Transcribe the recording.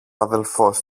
αδελφός